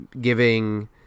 giving